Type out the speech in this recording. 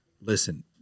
listen